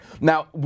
Now